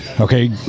okay